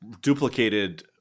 duplicated